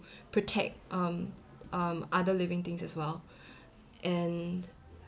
protect um um other living things as well and